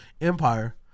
Empire